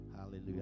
Hallelujah